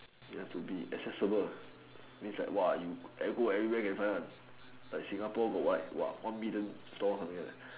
it has to be accessible means like !wow! you go everywhere can find one like Singapore got like what one million stores or something like that